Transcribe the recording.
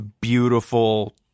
beautiful